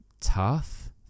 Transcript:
tough